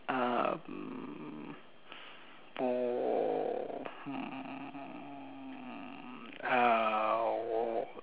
oh mm uh